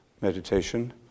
meditation